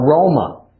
aroma